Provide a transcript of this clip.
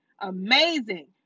amazing